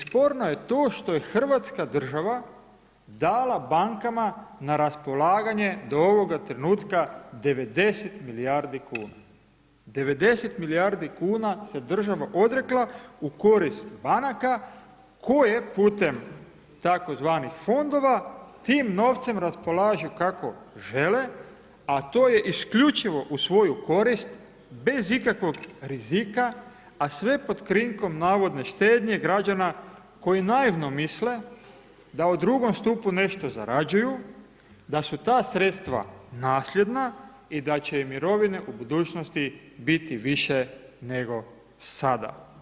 Sporno je to što je hrvatska država dala bankama na raspolaganje do ovoga tren utka 90 milijardi kuna, 90 milijardi kuna se država odrekla u korist banaka koje putem tzv. fondova tim novcem raspolažu kako žele, a to je isključivo u svoju korist bez ikakvog rizika, a sve pod krinkom navodne štednje građana koji naivno misle da u drugom stupu nešto zarađuju, da su ta sredstva nasljedna i da će im mirovine u budućnosti biti više nego sada.